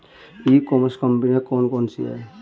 ई commerce कंपनियाँ कौन कौन सी हैं?